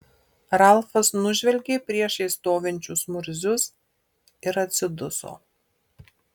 ralfas nužvelgė priešais stovinčius murzius ir atsiduso